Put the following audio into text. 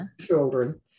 children